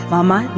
Mama